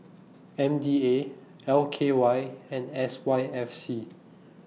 M D A L K Y and S Y F C